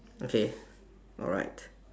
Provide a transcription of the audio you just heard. okay alright